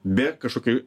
be kažkokio